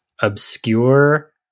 obscure